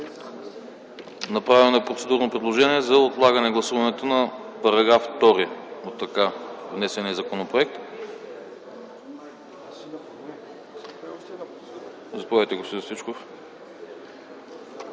Направено е процедурно предложение за отлагане гласуването на § 2 по така внесения законопроект. Заповядайте, господин Стоичков.